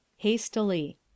Hastily